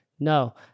No